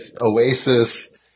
Oasis